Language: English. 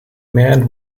man